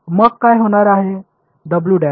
मग काय होणार आहे आणि चे